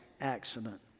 accident